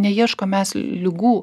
neieškom mes ligų